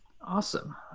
Awesome